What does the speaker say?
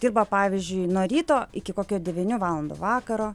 dirba pavyzdžiui nuo ryto iki kokio devynių valandų vakaro